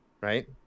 right